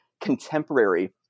contemporary